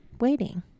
waiting